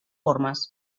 formes